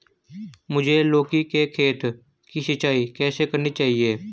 मुझे लौकी के खेत की सिंचाई कैसे करनी चाहिए?